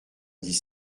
dix